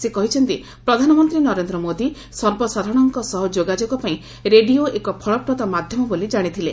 ସେ କହିଛନ୍ତି ପ୍ରଧାନମନ୍ତ୍ରୀ ନରେନ୍ଦ୍ର ମୋଦି ସର୍ବସାଧାରଣଙ୍କ ସହ ଯୋଗାଯୋଗ ପାଇଁ ରେଡ଼ିଓ ଏକ ଫଳପ୍ରଦ ମାଧ୍ୟମ ବୋଲି ଜାଣିଥିଲେ